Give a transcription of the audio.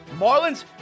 Marlins